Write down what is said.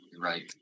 right